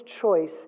choice